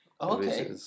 Okay